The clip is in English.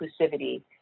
inclusivity